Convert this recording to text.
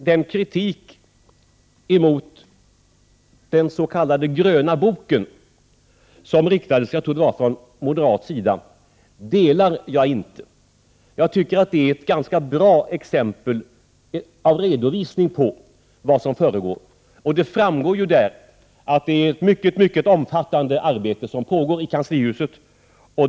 Den kritik mot den s.k. gröna boken som riktades från moderat sida, tror jag, delar jag inte. Jag tycker att den är en ganska bra redovisning av vad som föregår. Det framgår ju där att det är ett mycket omfattande arbete som pågår i kanslihuset.